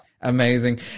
Amazing